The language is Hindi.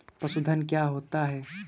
पशुधन क्या होता है?